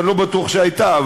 אני לא בטוח שהייתה,